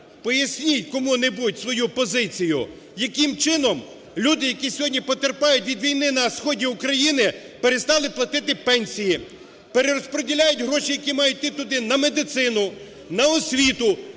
поясніть кому-небудь свою позицію, яким чином люди, які сьогодні потерпають від війни на сході України, перестали платити пенсії, перерозподіляють гроші, які мають йти туди на медицину, на освіту,